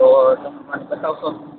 તો તમે મને બતાવશો